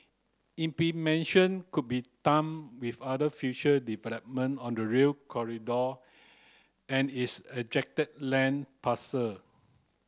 implementation could be timed with other future development on the Rail Corridor and its land parcel